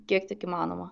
kiek tik įmanoma